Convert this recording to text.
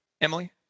Emily